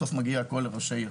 הכול בסוף מגיע לראשי הערים.